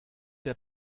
der